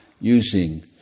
using